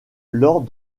lors